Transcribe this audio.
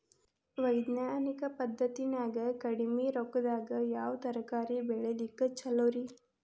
ವೈಜ್ಞಾನಿಕ ಪದ್ಧತಿನ್ಯಾಗ ಕಡಿಮಿ ರೊಕ್ಕದಾಗಾ ಯಾವ ತರಕಾರಿ ಬೆಳಿಲಿಕ್ಕ ಛಲೋರಿ?